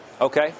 Okay